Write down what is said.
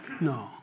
No